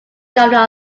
governor